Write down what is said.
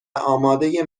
امادهی